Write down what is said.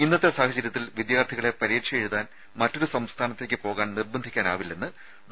ഇന്നത്തെ സാഹചര്യത്തിൽ വിദ്യാർത്ഥികളെ പരീക്ഷയെഴുതാൻ മറ്റൊരു സംസ്ഥാനത്തേക്ക് പോകാൻ നിർബന്ധിക്കാനാവില്ലെന്ന് ഡോ